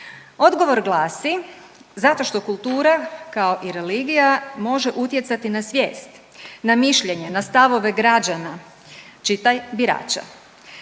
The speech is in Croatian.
Odgovor glasi zato što kultura kao i religija može utjecati na svijest, na mišljenje, na stavove građana, čitaj birača.